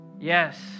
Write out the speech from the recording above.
yes